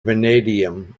vanadium